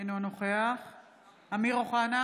אינו נוכח אמיר אוחנה,